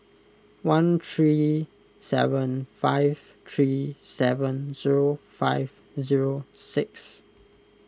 one three seven five three seven zero five zero six